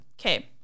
okay